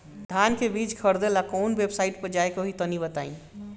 धान का बीज खरीदे ला काउन वेबसाइट पर जाए के होई तनि बताई?